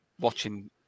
watching